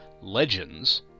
legends